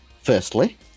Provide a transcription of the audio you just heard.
firstly